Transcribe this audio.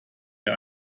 ihr